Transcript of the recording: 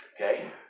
Okay